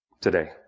today